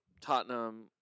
Tottenham